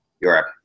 Europe